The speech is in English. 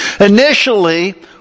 initially